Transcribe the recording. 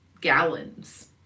gallons